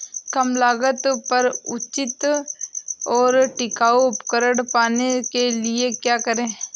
कम लागत पर उचित और टिकाऊ उपकरण पाने के लिए क्या करें?